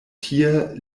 tie